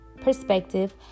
perspective